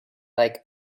like